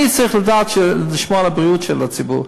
אני צריך לשמור על בריאותו של הציבור.